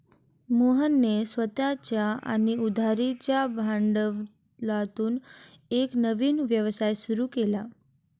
मोहनने स्वतःच्या आणि उधारीच्या भांडवलातून एक नवीन व्यवसाय सुरू केला